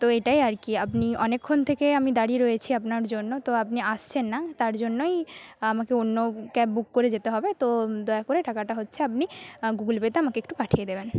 তো এটাই আর কি আপনি অনেক্ষণ থেকেই আমি দাঁড়িয়ে রয়েছি আপনার জন্য তো আপনি আসছেন না তার জন্যই আমাকে অন্য ক্যাব বুক করে যেতে হবে তো দয়া করে টাকাটা হচ্ছে আপনি গুগল পেতে আমাকে একটু পাঠিয়ে দেবেন